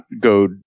go